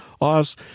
Oz